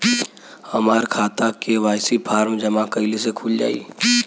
हमार खाता KYC form जमा कइले से खुल जाई?